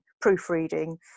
proofreading